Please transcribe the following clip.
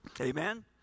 Amen